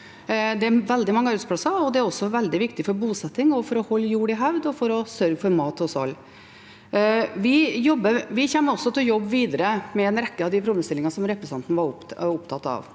Det er veldig mange arbeidsplasser, og det er også veldig viktig for bosetting, for å holde jord i hevd og for å sørge for mat til oss alle. Vi kommer til å jobbe videre med en rekke av de problemstillingene representanten var opptatt av,